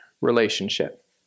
relationship